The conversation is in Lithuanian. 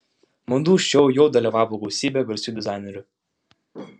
madų šou jau dalyvavo gausybė garsių dizainerių